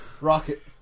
Rocket